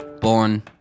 born